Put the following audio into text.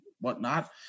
whatnot